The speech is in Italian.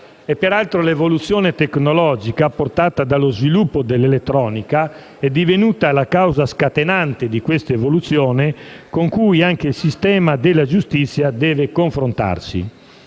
Peraltro, l'evoluzione tecnologica, portata dallo sviluppo dell'elettronica, è divenuta la causa scatenante di questa evoluzione con cui anche il sistema della giustizia deve confrontarsi.